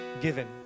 given